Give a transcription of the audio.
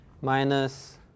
minus